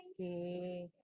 Okay